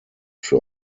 für